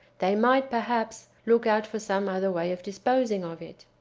they might, perhaps, look out for some other way of disposing of it.